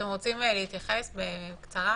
אתם רוצים להתייחס בקצרה?